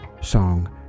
song